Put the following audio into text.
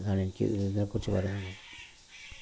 അതാണ് എനിക്ക് ഇതിനെ കുറിച്ച് പറയാനുള്ളത്